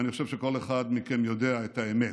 ואני חושב שכל אחד מכם יודע את האמת,